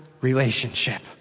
relationship